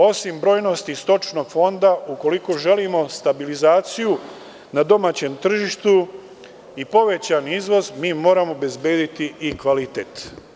Osim brojnosti stočnog fonda, ukoliko želimo stabilizaciju na domaćem tržištu i povećan izvoz, mi moramo obezbediti i kvalitet.